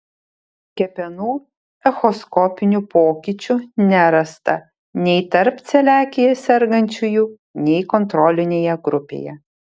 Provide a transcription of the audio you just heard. kepenų echoskopinių pokyčių nerasta nei tarp celiakija sergančiųjų nei kontrolinėje grupėje